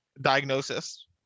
Diagnosis